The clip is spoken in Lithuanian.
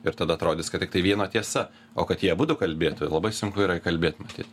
ir tada atrodys kad tiktai viena tiesa o kad jie abudu kalbėtų labai sunku yra įkalbėt matyt